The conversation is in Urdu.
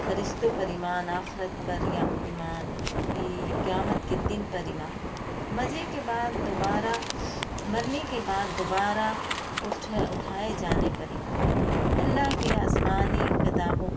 فرشتوں پر ایمان آخرت پر یا ایمان قیامت کے دن پر ایمان مزے کے بعد دوبارہ مرنے کے بعد دوبارہ اٹھ اٹھائے جانے پر ایمان اللہ کے آسمانی کتابوں